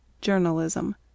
Journalism